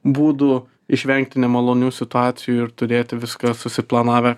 būdų išvengti nemalonių situacijų ir turėti viską susiplanavę